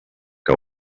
que